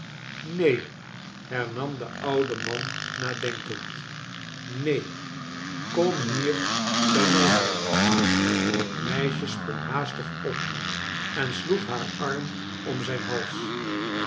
neen hernam de oude man nadenkend neen kom hier bij my nelly het meisje sprong haastig op en sloeg haar arm om zijn hals